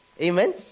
Amen